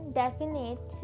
definite